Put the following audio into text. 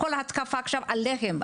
כל ההתקפה עכשיו עליכם,